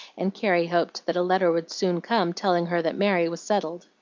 and carrie hoped that a letter would soon come telling her that mary was settled.